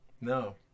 no